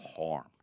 harm